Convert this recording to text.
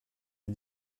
des